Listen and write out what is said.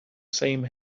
same